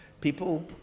people